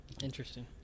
Interesting